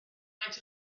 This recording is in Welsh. maent